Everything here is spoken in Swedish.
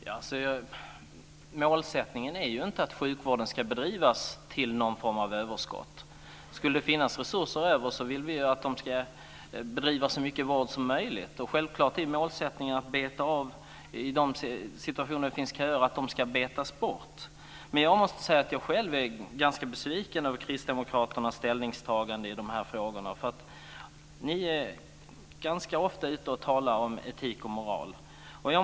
Fru talman! Målsättningen är inte att sjukvården ska bedrivas till någon form av överskott. Om det finns resurser över vill vi att man ska bedriva så mycket vård som möjligt. Självklart är målsättningen att köer ska betas av. Jag är besviken på kristdemokraternas ställningstagande. Ni är ofta ute och talar om etik och moral.